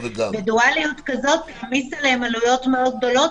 בדואליות כזאת זה מעמיס עליהם עלויות מאוד גדולות